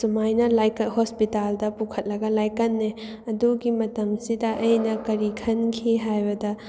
ꯁꯨꯃꯥꯏꯅ ꯍꯣꯁꯄꯤꯇꯥꯜꯗ ꯄꯨꯈꯠꯂꯒ ꯂꯥꯏꯀꯠꯅꯩ ꯑꯗꯨꯒꯤ ꯃꯇꯝꯁꯤꯗ ꯑꯩꯅ ꯀꯔꯤ ꯈꯟꯈꯤ ꯍꯥꯏꯕꯗ